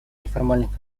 неформальных